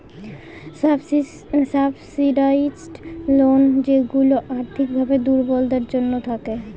subsidised loan যেইগুলা আর্থিক ভাবে দুর্বলদের জন্য থাকে